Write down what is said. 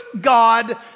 God